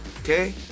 okay